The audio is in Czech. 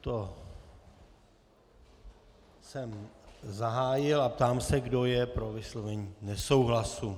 To jsem zahájil a ptám se, kdo je pro vyslovení nesouhlasu.